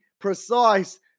precise